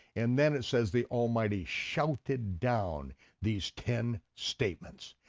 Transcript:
and then it says the almighty shouted down these ten statements,